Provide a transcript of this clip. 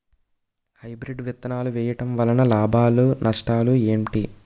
Hybrid విత్తనాలు వేయటం వలన లాభాలు నష్టాలు ఏంటి?